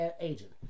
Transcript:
agent